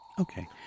Okay